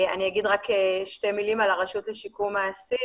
אני אגיד רק שתי מילים על הרשות לשיקום האסיר.